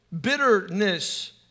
bitterness